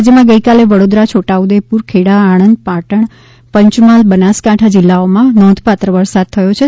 રાજ્યમાં ગઇકાલે વડ઼ીદરા છીટા ઉદેપુર ખેડા આણંદ પાટણ પંચમહાલ બનાસકાંઠા જીલ્લાઓમાં નોંધપાત્ર વરસાદ થયો છે